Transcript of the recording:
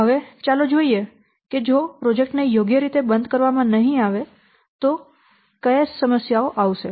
હવે ચાલો જોઈએ કે જો પ્રોજેક્ટ ને યોગ્ય રીતે બંધ કરવામાં નહીં આવે તો કયા સમસ્યાઓ આવશે